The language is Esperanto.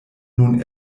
nun